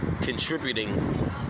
contributing